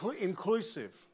inclusive